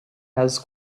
has